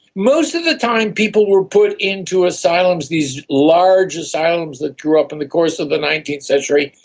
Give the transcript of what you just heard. most of the time people were put into asylums, these large asylums that grew up in the course of the nineteenth century,